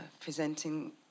presenting